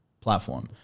platform